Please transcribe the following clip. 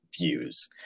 views